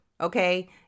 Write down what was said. okay